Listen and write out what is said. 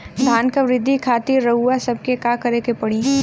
धान क वृद्धि खातिर रउआ सबके का करे के पड़ी?